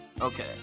okay